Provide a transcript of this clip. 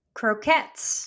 croquettes